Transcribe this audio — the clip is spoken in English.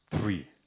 three